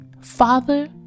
father